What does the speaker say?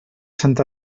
sant